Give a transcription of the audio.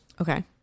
Okay